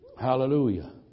Hallelujah